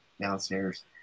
downstairs